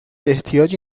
احتیاجی